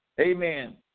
Amen